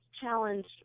challenge